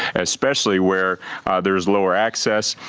especially where there's lower access.